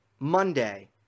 Monday